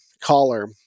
collar